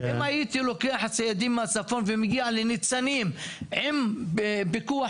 אם הייתי לוקח ציידים מהצפון ומגיע לניצנים עם פיקוח